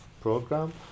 program